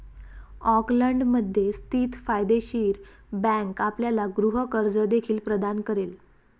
ऑकलंडमध्ये स्थित फायदेशीर बँक आपल्याला गृह कर्ज देखील प्रदान करेल